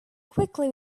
quickly